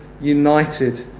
united